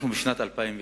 אנחנו בשנת 2009,